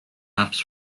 maps